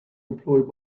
employed